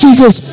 Jesus